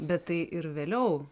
bet tai ir vėliau